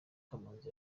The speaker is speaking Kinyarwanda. kamanzi